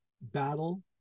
battle